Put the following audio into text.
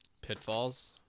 pitfalls